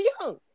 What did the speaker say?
young